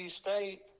state